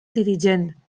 dirigent